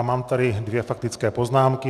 Mám tady dvě faktické poznámky.